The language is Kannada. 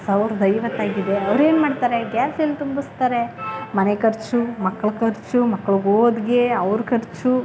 ಸಾವ್ರ್ದ ಐವತ್ತು ಆಗಿದೆ ಅವ್ರೇನು ಮಾಡ್ತಾರೆ ಗ್ಯಾಸ್ ಎಲ್ಲ ತುಂಬಿಸ್ತಾರೆ ಮನೆ ಖರ್ಚು ಮಕ್ಳು ಖರ್ಚು ಮಕ್ಳು ಓದಿಗೆ ಅವ್ರ ಖರ್ಚು